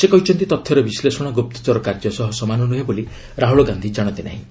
ସେ କହିଛନ୍ତି ତଥ୍ୟର ବିଶ୍କେଷଣ ଗୁପ୍ତଚର କାର୍ଯ୍ୟ ସହ ସମାନ ନୁହେଁ ବୋଲି ରାହୁଳ ଗାନ୍ଧି ଜାଶନ୍ତି ନାହିଁ